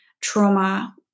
trauma